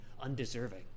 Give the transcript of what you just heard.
undeserving